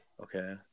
Okay